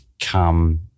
come